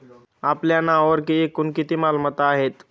आपल्या नावावर एकूण किती मालमत्ता आहेत?